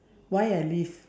why I live